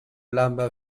lumber